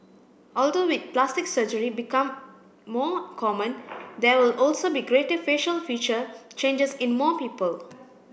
although with plastic surgery become more common there will also be greater facial feature changes in more people